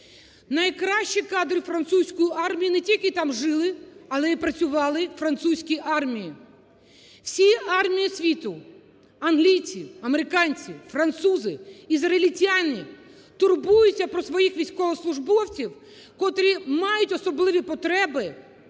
Найкращі кадри французької армії не тільки там жили, але й працювали у французькій армії. Всі армії світу – англійці, американці, французи, ізраїльтяни – турбуються за своїх військовослужбовців, котрі мають особливі потреби,